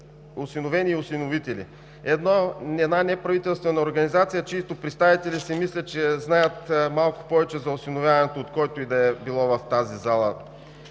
„Осиновени и осиновители“ – една неправителствена организация, чиито представители си мисля, че знаят малко повече за осиновяването от който и да било в тази зала.